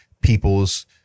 people's